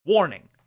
Warning